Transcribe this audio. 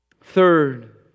Third